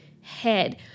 head